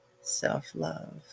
Self-love